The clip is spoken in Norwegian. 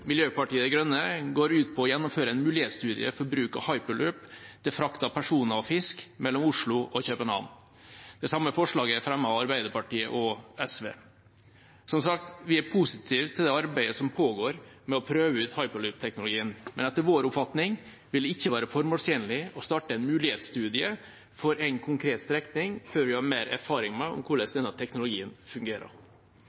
Miljøpartiet De Grønne går ut på å gjennomføre en mulighetsstudie for bruk av hyperloop til frakt av personer og fisk mellom Oslo og København. Det samme forslaget er fremmet av Arbeiderpartiet og SV. Som sagt, vi er positive til det arbeidet som pågår med å prøve ut hyperloop-teknologien, men etter vår oppfatning vil det ikke være formålstjenlig å starte en mulighetsstudie for en konkret strekning før vi har mer